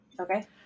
Okay